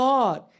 God